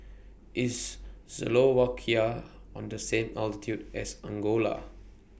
IS Slovakia on The same latitude as Angola